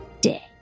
Day